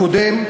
הקודם,